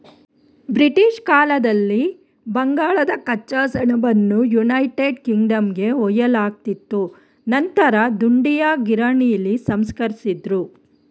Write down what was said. British ಕಾಲದಲ್ಲಿ ಬಂಗಾಳದ ಕಚ್ಚಾ ಸೆಣಬನ್ನು ಯುನೈಟೆಡ್ ಕಿಂಗ್ಡಮ್ಗೆ ಒಯ್ಯಲಾಗ್ತಿತ್ತು ನಂತರ ದುಂಡೀಯ ಗಿರಣಿಲಿ ಸಂಸ್ಕರಿಸಿದ್ರು